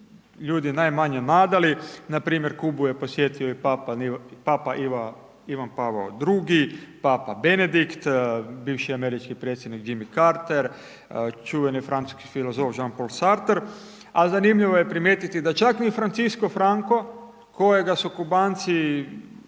ljudi najmanje nadali, npr. Kubu je posjetio i Papa Ivan Pavao II., Papa Benedikt, bivši američki predsjednik Jimmy Carter, čuveni francuski filozof Jean-Paul Sartre. A zanimljivo je primijetiti da čak ni Francisco Franco kojega su Kubanci